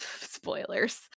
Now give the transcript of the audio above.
spoilers